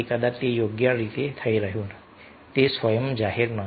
કદાચ તે યોગ્ય રીતે થઈ રહ્યું નથી તે સ્વયં જાહેર નથી